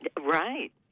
Right